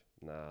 nah